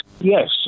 Yes